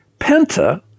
Penta